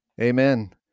Amen